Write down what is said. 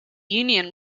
union